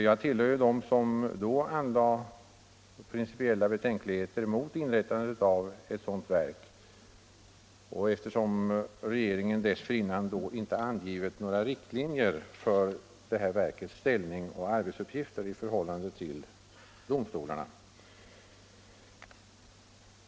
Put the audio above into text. Jag tillhör dem som då anförde principiella betänkligheter mot inrättandet av ett sådant verk, eftersom regeringen inte dessförinnan angivit några riktlinjer för det här verkets ställning och arbetsuppgifter i förhållande till domstolarna.